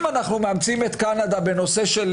אם אנו מאמצים את קנדה בנושא של